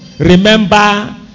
Remember